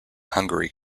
hungary